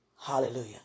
Hallelujah